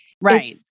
Right